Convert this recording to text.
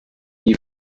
die